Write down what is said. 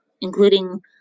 including